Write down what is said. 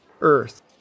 Earth